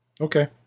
Okay